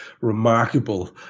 remarkable